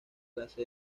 clase